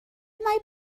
mae